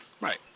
Right